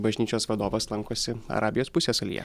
bažnyčios vadovas lankosi arabijos pusiasalyje